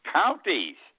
counties